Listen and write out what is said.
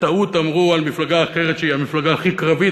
בטעות אמרו על מפלגה אחרת שהיא המפלגה הכי קרבית,